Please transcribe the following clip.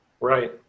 Right